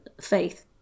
faith